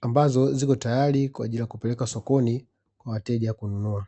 ambazo zipo tayari kwaajili ya kupelekwa sokoni kwa wateja kununua.